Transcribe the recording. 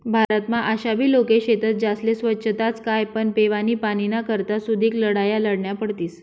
भारतमा आशाबी लोके शेतस ज्यास्ले सोच्छताच काय पण पेवानी पाणीना करता सुदीक लढाया लढन्या पडतीस